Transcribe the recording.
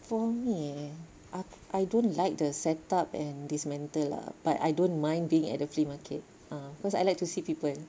for me eh aku I don't like the setup and dismantle ah but I don't mind being at the flea market ah cause I like to see people